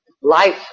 life